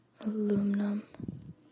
aluminum